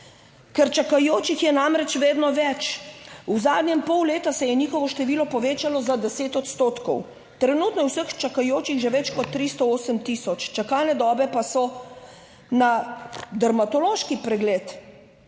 ker čakajočih je namreč vedno več. V zadnjem pol leta se je njihovo število povečalo za 10 odstotkov. Trenutno je vseh čakajočih že več kot 308 tisoč. Čakalne dobe pa so na dermatološki pregled,